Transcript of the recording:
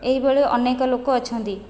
ଏହିଭଳି ଅନେକ ଲୋକ ଅଛନ୍ତି